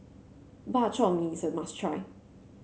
Bak Chor Mee is a must try